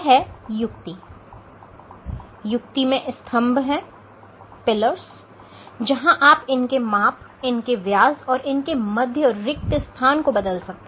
चित्र में देखें युक्ति में स्तंभ है जहां आप इनके माप इनके व्यास और इन के मध्य रिक्त स्थान को बदल सकते हैं